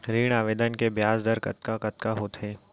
ऋण आवेदन के ब्याज दर कतका कतका होथे?